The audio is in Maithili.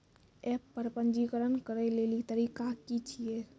एप्प पर पंजीकरण करै लेली तरीका की छियै?